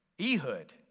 Ehud